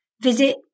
visit